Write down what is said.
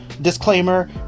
disclaimer